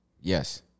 Yes